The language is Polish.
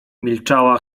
milczała